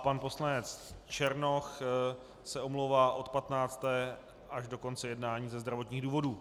Pan poslanec Černoch se omlouvá od patnácté až do konce jednání ze zdravotních důvodů.